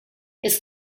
its